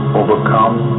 overcome